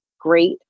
great